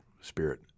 Spirit